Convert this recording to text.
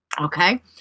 Okay